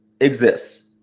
exists